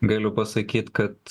galiu pasakyt kad